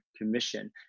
Commission